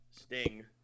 Sting